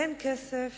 אין כסף